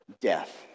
death